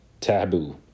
taboo